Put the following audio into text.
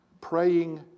praying